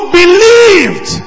believed